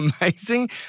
amazing